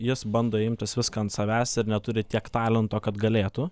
jis bando imtis viską ant savęs ir neturi tiek talento kad galėtų